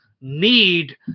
need